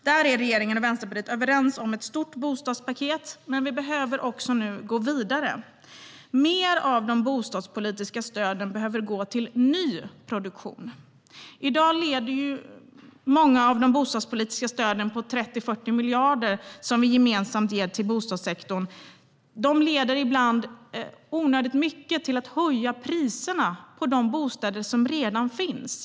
Där är regeringen och Vänsterpartiet överens om ett stort bostadspaket, men vi behöver nu också gå vidare. Mer av de bostadspolitiska stöden behöver gå till nyproduktion. Onödigt mycket av de bostadspolitiska stöd vi gemensamt ger till bostadssektorn - det är 30-40 miljarder per år - leder i dag till att priserna höjs på de bostäder som redan finns.